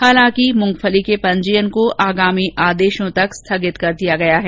हालांकि मूंगफली के पंजीयन को आगामी ओदशों तक स्थगित कर दिया गया है